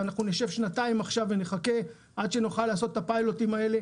ואנחנו נשב עכשיו שנתיים ונחכה עד שנוכל לעשות את הפיילוטים האלה.